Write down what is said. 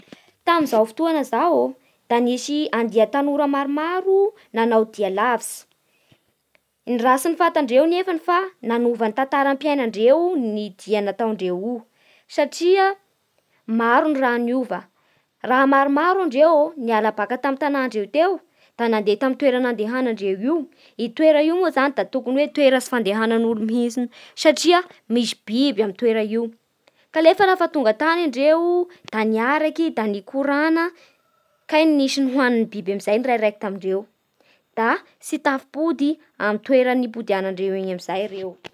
Tamin'izao fotoana izao da nisy andian'ny tanora maromaro nanao dia lavitsy. Ny raha tsy ny fantandreo nehany fa nanova ny tantaram-piainandreo ny diandreo io satria maro ny raha niova. Raha maromaro ndreo niala baka tamin'ny tanà ndreo teo da mandeha tamin'ny toera nandehanadreo io Io toera io moa zany da tokony hoe toera tsy fandehanan'olo mihintsiny, satria misy biby amin'ny toera io Kanefa lafa tonga tany ndreo da niaraky da nikorana, kay nisy nihoanin'ny biby amin'izay ny rairaiky amindreo, da tsy tafimpody amin'ny toerana nimpodianandreo iny amin'izay reo